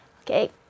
Okay